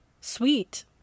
sweet